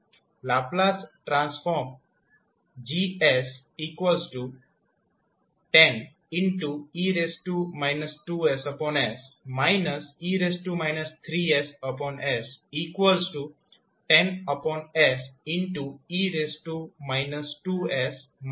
Laplace transform G1010s બનશે